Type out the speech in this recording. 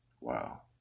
Wow